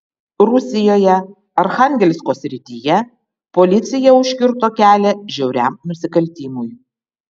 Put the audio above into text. rusijoje archangelsko srityje policija užkirto kelią žiauriam nusikaltimui